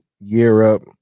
Europe